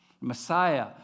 Messiah